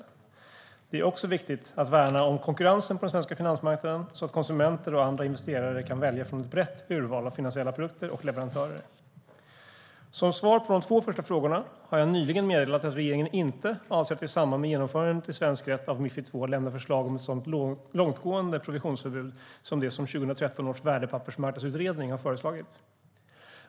Det är också viktigt att värna om konkurrensen på den svenska finansmarknaden, så att konsumenter och andra investerare kan välja från ett brett urval av finansiella produkter och leverantörer. Som svar på de två första frågorna kan jag säga att jag nyligen har meddelat att regeringen inte avser att i samband med genomförandet i svensk rätt av Mifid II lämna förslag om ett sådant långtgående provisionsförbud som det som 2013 års värdepappersmarknadsutredning har föreslagit.